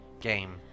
game